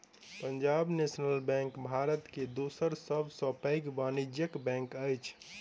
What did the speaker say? Punjab national bank Bharat के दोसर सब सॅ पैघ वाणिज्य बैंक अछि